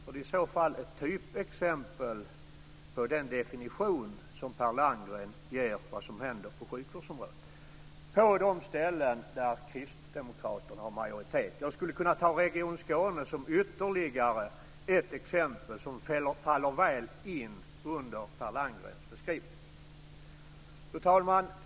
Det är i så fall ett typexempel på den definition som Per Landgren ger av vad som händer på sjukvårdsområdet på de ställen där kristdemokraterna har majoritet. Jag skulle kunna ta Region Skåne som ytterligare ett exempel som faller väl in under Per Fru talman!